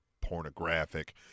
pornographic